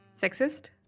Sexist